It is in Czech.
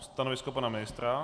Stanovisko pana ministra.